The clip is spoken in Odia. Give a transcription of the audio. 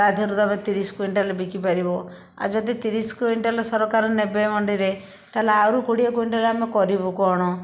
ତା ଦିହରୁ ତମେ ତିରିଶ କୁଇଣ୍ଟାଲ ବିକି ପାରିବ ଆଉ ଯଦି ତିରିଶ କୁଇଣ୍ଟାଲ ସରକାର ନେବେ ମଣ୍ଡିରେ ତାହେଲେ ଆହୁରି କୋଡ଼ିଏ କୁଇଣ୍ଟାଲ ଆମେ କରିବୁ କ'ଣ